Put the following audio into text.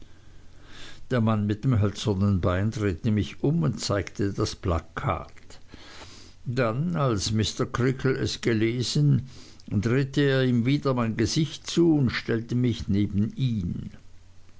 der mann mit dem hölzernen bein drehte mich um und zeigte das plakat dann als mr creakle es gelesen drehte er ihm wieder mein gesicht zu und stellte mich neben ihn